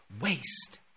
waste